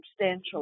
substantial